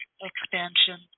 expansion